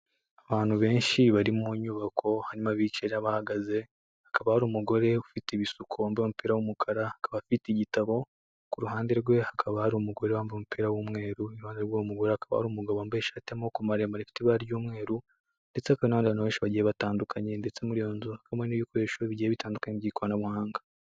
Abantu benshi bari mu nyubako harimo abicara bahagaze haba hari umugore ufite ibisukombe umupira w'umukara akaba afite igitabo ku ruhande rwe hakaba hari umugore wambaye umupira w'umweru iruhande rw'umugore akaba ari umugabo wambaye ishati y'amaboko maremare ifite ibara ry'umweru ndetse hakaba nabandi bantu na benshi bagiye batandukanye ndetse muri iyo nzu akabamo n'ibikoresho bigiye bitandukanye by'ikoranabuhanga.